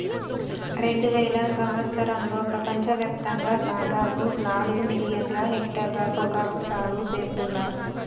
రెండువేల సంవత్సరంలో ప్రపంచ వ్యాప్తంగా దాదాపు నాలుగు మిలియన్ల హెక్టర్ల పొగాకు సాగు సేత్తున్నర్